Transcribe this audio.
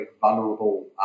vulnerable